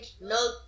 No